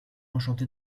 enchanté